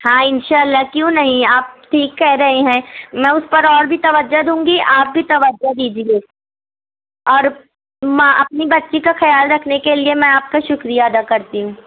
ہاں ان شاء اللہ کیوں نہیں آپ ٹھیک کہہ رہے ہیں میں اس پر اور بھی توجہ دوں گی آپ بھی توجہ دیجیے اور اپنی بچی کا خیال رکھنے کے لیے میں آپ کا شکریہ ادا کرتی ہوں